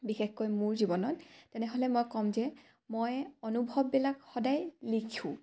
বিশেষকৈ মোৰ জীৱনত তেনেহ'লে মই ক'ম যে মই অনুভৱবিলাক সদায় লিখোঁ